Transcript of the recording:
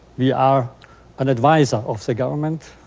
we are an advisor of the government